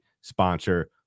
sponsor